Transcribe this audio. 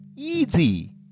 Easy